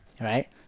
Right